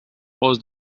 was